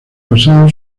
pasado